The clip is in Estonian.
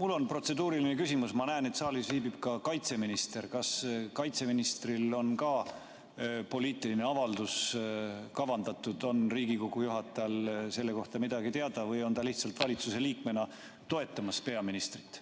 Mul on protseduuriline küsimus. Ma näen, et saalis viibib ka kaitseminister. Kas kaitseministril on ka poliitiline avaldus kavandatud? On Riigikogu juhatajal selle kohta midagi teada või on ta lihtsalt valitsuse liikmena peaministrit